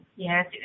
Yes